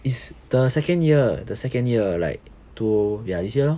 is the second year the second year like to ya this year lor